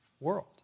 world